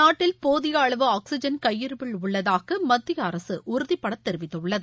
நாட்டில் போதிய அளவு ஆக்சிஜன் கையிருப்பில் உள்ளதாக மத்திய அரசு உறுதிபட தெரிவித்துள்ளது